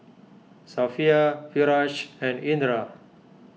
Safiya Firash and Indra